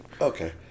Okay